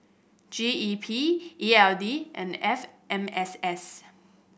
G E P E L D and F M S S